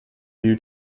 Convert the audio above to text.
due